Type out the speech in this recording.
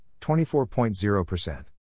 24.0%